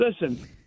listen